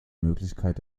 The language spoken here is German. möglichkeit